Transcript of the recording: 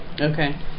Okay